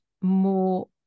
more